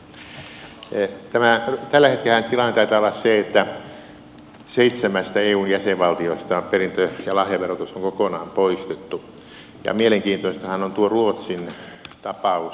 tällä hetkellähän tilanne taitaa olla se että seitsemästä eun jäsenvaltiosta perintö ja lahjaverotus on kokonaan poistettu ja mielenkiintoinenhan on tuo ruotsin tapaus